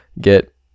get